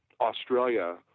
Australia